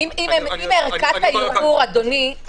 אדוני,